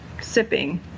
sipping